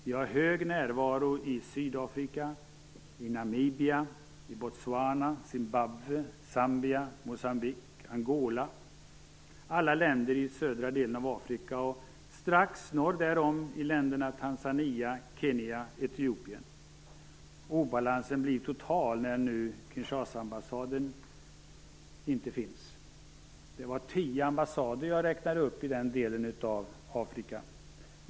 Vi har hög närvaro i Sydafrika, Namibia, Botswana, Zimbabwe, Zambia, Moçambique och Angola - alla länder i södra delen av Afrika - och strax norr därom i länderna Tanzania, Kenya och Etiopien. Obalansen blir total när nu Kinshasaambassaden inte finns. Det var tio ambassader jag räknade upp i den delen av Afrika.